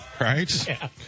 right